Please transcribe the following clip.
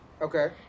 Okay